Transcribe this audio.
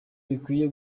bikwiye